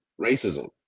racism